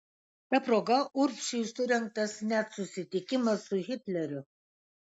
ta proga urbšiui surengtas net susitikimas su hitleriu